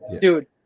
dude